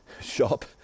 Shop